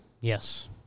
Yes